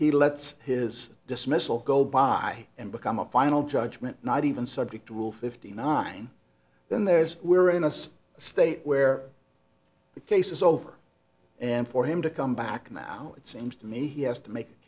he lets his dismissal go by and become a final judgment not even subject will fifty nine then there is we're in a state where the case is over and for him to come back now it seems to me yes to make